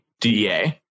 DEA